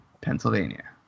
Pennsylvania